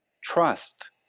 trust